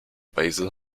basil